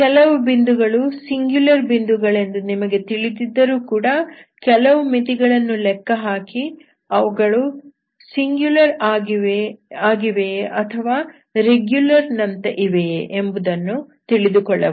ಕೆಲವು ಬಿಂದುಗಳು ಸಿಂಗುಲರ್ ಬಿಂದುಗಳೆಂದು ನಿಮಗೆ ತಿಳಿದಿದ್ದರೂ ಕೂಡ ಕೆಲವು ಮಿತಿಗಳನ್ನು ಲೆಕ್ಕಹಾಕಿ ಅವುಗಳು ಸಿಂಗುಲರ್ ಆಗಿವೆಯೇ ಅಥವಾ ರೆಗ್ಯುಲರ್ ನಂತೆ ಇವೆಯೇ ಎಂಬುದನ್ನು ತಿಳಿದುಕೊಳ್ಳಬಹುದು